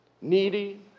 needy